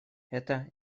это